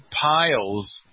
piles